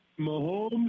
Mahomes